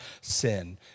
sin